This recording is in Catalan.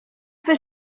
fer